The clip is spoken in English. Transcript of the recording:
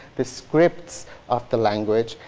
the scripts of the language,